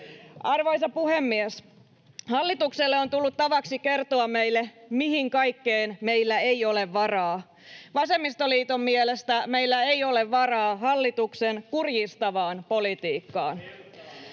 Arvoisa puhemies! Hallitukselle on tullut tavaksi kertoa meille, mihin kaikkeen ”meillä ei ole varaa”. Vasemmistoliiton mielestä meillä ei ole varaa hallituksen kurjistavaan politiikkaan.